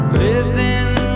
living